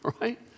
right